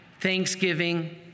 thanksgiving